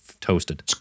toasted